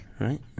right